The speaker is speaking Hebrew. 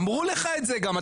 אמרו לך את זה גם,